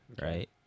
right